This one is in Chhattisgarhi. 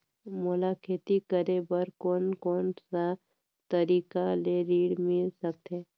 मोला खेती करे बर कोन कोन सा तरीका ले ऋण मिल सकथे?